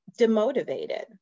demotivated